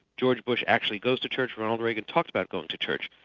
george bush actually goes to church ronald reagan talked about going to church.